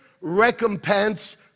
recompense